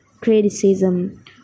criticism